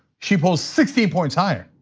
she polls sixteen points higher.